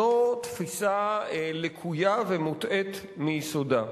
זאת תפיסה לקויה ומוטעית מיסודה.